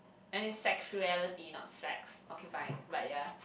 and is sexuality not sex okay fine but ya